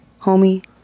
Homie